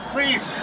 Please